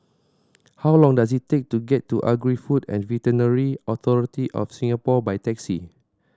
how long does it take to get to Agri Food and Veterinary Authority of Singapore by taxi